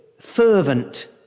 fervent